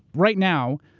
right now,